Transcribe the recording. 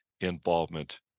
involvement